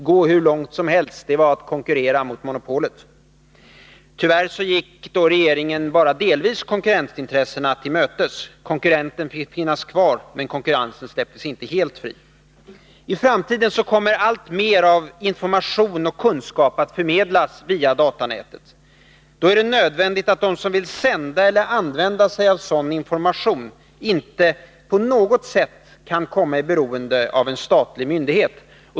Tyvärr gick regeringen konkurrensintressena bara delvis till mötes. Konkurrenten fick finnas kvar, men konkurrensen släpptes inte helt fri. I framtiden kommer alltmer av information och kunskap att förmedlas via datanätet. Då är det nödvändigt att de som vill sända eller använda sig av sådan information inte på något sätt kan komma i beroende av en statlig myndighet.